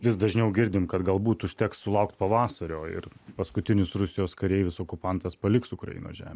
vis dažniau girdime kad galbūt užteks sulaukti pavasario ir paskutinis rusijos kareivis okupantas paliks ukrainą